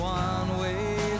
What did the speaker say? one-way